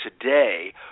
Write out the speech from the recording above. today